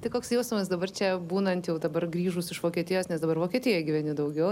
tai koks jausmas dabar čia būnant jau dabar grįžus iš vokietijos nes dabar vokietijoj gyveni daugiau